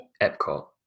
Epcot